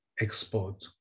export